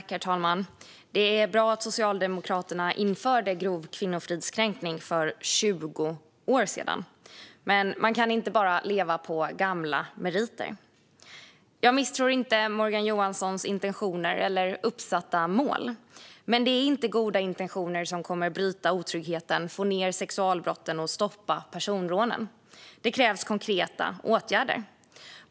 Herr talman! Det var bra att Socialdemokraterna införde brottsrubriceringen grov kvinnofridskränkning för 20 år sedan. Men man kan inte bara leva på gamla meriter. Jag misstror inte Morgan Johanssons intentioner eller uppsatta mål. Men det är inte goda intentioner som kommer att bryta otryggheten, få ned sexualbrotten och stoppa personrånen. Det krävs konkreta åtgärder.